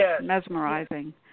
mesmerizing